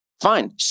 Fine